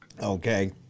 okay